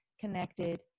connected